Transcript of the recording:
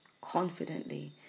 confidently